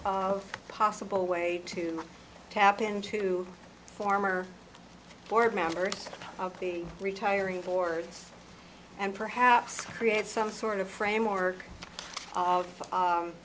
of possible way to tap into former board member of the retiring forwards and perhaps create some sort of framework